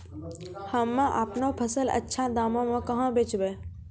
हम्मे आपनौ फसल अच्छा दामों मे कहाँ बेचबै?